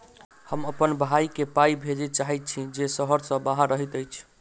हम अप्पन भयई केँ पाई भेजे चाहइत छि जे सहर सँ बाहर रहइत अछि